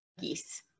geese